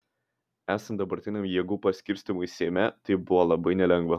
esant dabartiniam jėgų pasiskirstymui seime tai buvo labai nelengva